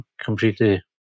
completely